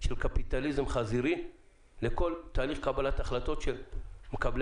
של קפיטליזם חזירי לכל תהליך קבלת החלטות של מקבלי